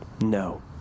No